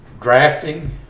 drafting